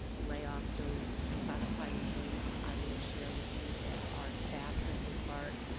lay off those classified employees. i will share with you that our staff, kristen clark,